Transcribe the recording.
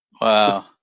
Wow